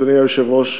אדוני היושב-ראש,